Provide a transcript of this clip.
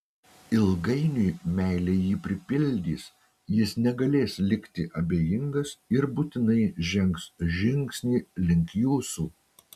ilgainiui meilė jį pripildys jis negalės likti abejingas ir būtinai žengs žingsnį link jūsų